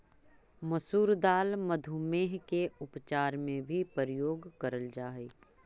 मसूर दाल मधुमेह के उपचार में भी प्रयोग करेल जा हई